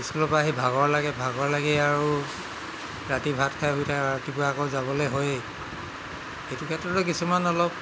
স্কুলৰপৰা আহি ভাগৰ লাগে ভাগৰ লাগে আৰু ৰাতি ভাত খাই শুই থাকে ৰাতিপুৱা আকৌ যাবলৈ হয়েই সেইটো ক্ষেত্ৰতো কিছুমান অলপ